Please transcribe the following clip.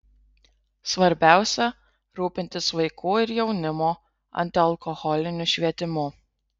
svarbiausia rūpintis vaikų ir jaunimo antialkoholiniu švietimu